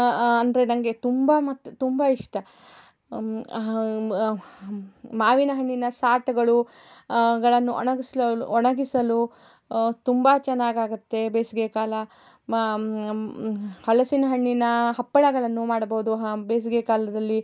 ಅಂದರೆ ನಂಗೆ ತುಂಬ ಮತ್ತು ತುಂಬ ಇಷ್ಟ ಮಾವಿನ ಹಣ್ಣಿನ ಸಾಟ್ಗಳು ಗಳನ್ನು ಒಣಗಿಸಲು ಒಣಗಿಸಲು ತುಂಬ ಚೆನ್ನಾಗಾಗತ್ತೆ ಬೇಸಿಗೆ ಕಾಲ ಹಲಸಿನ ಹಣ್ಣಿನ ಹಪ್ಪಳಗಳನ್ನು ಮಾಡಬಹುದು ಆ ಬೇಸಿಗೆ ಕಾಲದಲ್ಲಿ